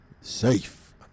safe